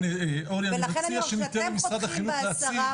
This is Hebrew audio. כשאתם חותכים ב-10%,